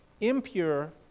impure